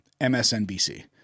msnbc